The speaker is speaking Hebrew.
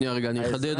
שניה רגע אני אחדד,